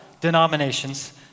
denominations